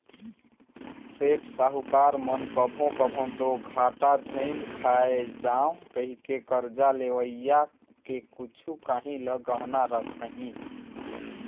सेठ, साहूकार मन कभों कभों दो घाटा झेइन खाए जांव कहिके करजा लेवइया के कुछु काहीं ल गहना रखहीं